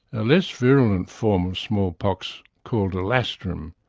a less virulent form of smallpox called alastrim.